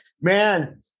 Man